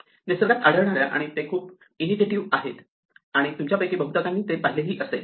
ते निसर्गात आढळतात आणि ते खूप इंटुईटीव्ह आहेत आणि तुमच्यापैकी बहुतेकांनी ते पाहिले असेल